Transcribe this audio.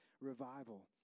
revival